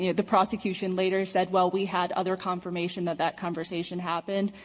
you know the prosecution later said well we had other confirmation that that conversation happened,